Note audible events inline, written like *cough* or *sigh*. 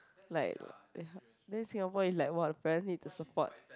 like *noise* then Singapore is like !wah! parent need to support